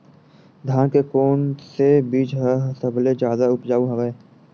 धान के कोन से बीज ह सबले जादा ऊपजाऊ हवय?